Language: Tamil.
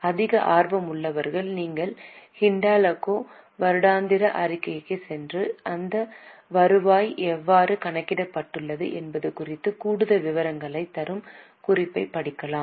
அதிக ஆர்வமுள்ளவர்கள் நீங்கள் ஹிண்டல்கோவி வருடாந்திர அறிக்கைக்குச் சென்று இந்த வருவாய் எவ்வாறு கணக்கிடப்பட்டுள்ளது என்பது குறித்த கூடுதல் விவரங்களைத் தரும் குறிப்பைப் படிக்கலாம்